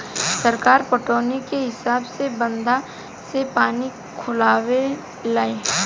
सरकार पटौनी के हिसाब से बंधा से पानी खोलावे ले